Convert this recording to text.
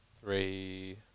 three